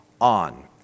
on